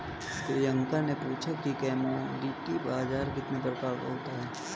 प्रियंका ने पूछा कि कमोडिटी बाजार कितने प्रकार का होता है?